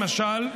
למשל,